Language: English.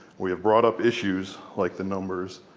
we have brought up issues like the numbers,